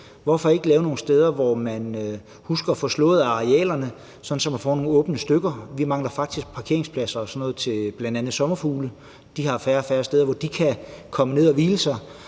Hvorfor ikke lave nogle steder, hvor man husker at få slået arealerne, så man får noget åbent land? Vi mangler faktisk parkeringspladser og sådan noget til bl.a. sommerfugle. De har færre og færre steder, hvor de kan komme ned og hvile sig.